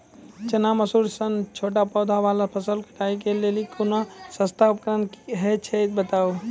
चना, मसूर सन छोट पौधा वाला फसल कटाई के लेल कूनू सस्ता उपकरण हे छै तऽ बताऊ?